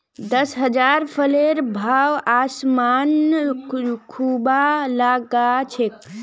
दशहरात फलेर भाव आसमान छूबा ला ग छेक